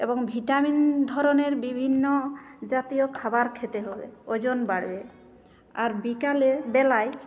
এবং ভিটামিন ধরনের বিভিন্ন জাতীয় খাবার খেতে হবে ওজন বাড়বে আর বিকালে বেলায়